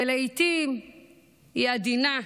שלעיתים היא עדינה,